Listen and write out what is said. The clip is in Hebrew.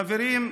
חברים,